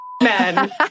Men